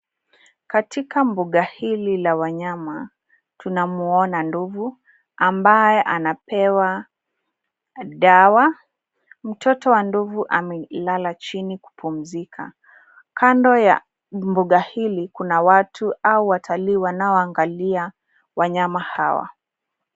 Katika mbuga hili la wanyama, tunamwona ndovu ambaye anapewa dawa. Mtoto wa ndovu amelala chini kupumzika. Kando ya mbuga hili kuna watu au watalii wanaoangalia wanyama hawa.